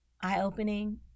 eye-opening